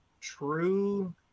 true